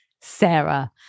Sarah